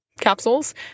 capsules